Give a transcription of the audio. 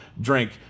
Drink